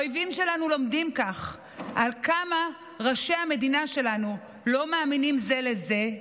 האויבים שלנו לומדים כך על כמה ראשי המדינה שלנו לא מאמינים זה לזה,